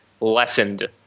lessened